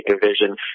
division